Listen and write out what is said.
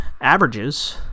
averages